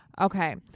okay